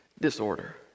disorder